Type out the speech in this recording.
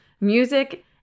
music